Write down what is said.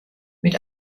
mit